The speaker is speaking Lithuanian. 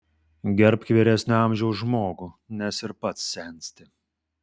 gerbk vyresnio amžiaus žmogų nes ir pats sensti